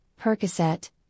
percocet